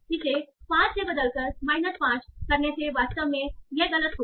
इसे 5 से बदलकर माइनस 5 करने से वास्तव में गलत होगा